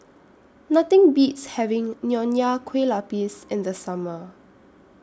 Nothing Beats having Nonya Kueh Lapis in The Summer